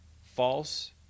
false